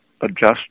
adjust